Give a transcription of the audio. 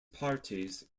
parties